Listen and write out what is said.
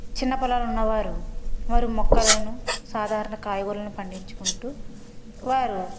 చిన్నపొలాలు ఉన్న వారు వారు మొక్కలను సాధారణ కాయకూరలను పండించుకుంటు వారు